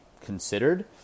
considered